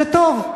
זה טוב.